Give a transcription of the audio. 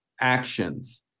actions